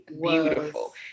beautiful